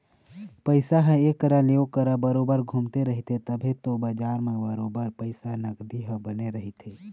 पइसा ह ऐ करा ले ओ करा बरोबर घुमते रहिथे तभे तो बजार म बरोबर पइसा के नगदी ह बने रहिथे